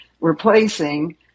replacing